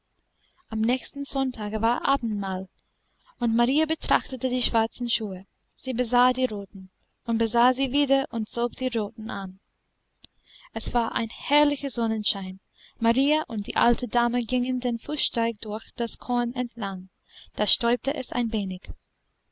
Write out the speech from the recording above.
am nächsten sonntage war abendmahl und marie betrachtete die schwarzen schuhe sie besah die roten und besah sie wieder und zog die roten an es war ein herrlicher sonnenschein marie und die alte dame gingen den fußsteig durch das korn entlang da stäubte es ein wenig